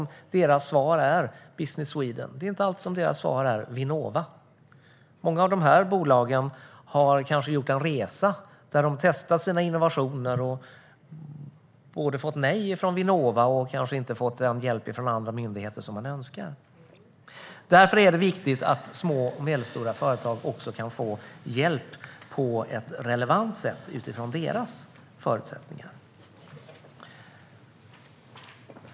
Deras svar är inte alltid Business Sweden eller Vinnova. Många av bolagen har kanske gjort en resa där de testat sina innovationer och fått nej från Vinnova och kanske inte fått den hjälp från andra myndigheter som man önskar. Därför är det viktigt att också små och medelstora företag kan få hjälp på ett relevant sätt utifrån sina förutsättningar.